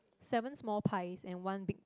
seven small pies and one big